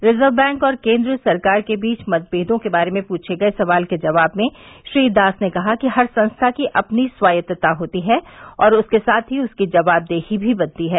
reserve bank और केन्द्र सरकार के बीच मतमेदों के बारे में पूछे गए सवाल के जवाब में श्री दास ने कहा कि हर संस्था की अपनी स्वायत्तता होती है और उसके साथ ही उसकी जवाबदेही भी बनती है